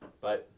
Bye